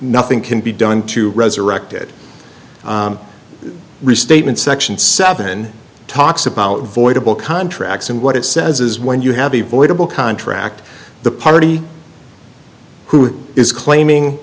nothing can be done to resurrect it restatement section seven talks about voidable contracts and what it says is when you have a voidable contract the party who is claiming